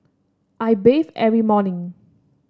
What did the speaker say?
I bathe every morning